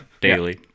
daily